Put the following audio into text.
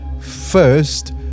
first